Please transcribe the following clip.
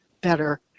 better